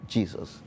Jesus